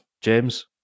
James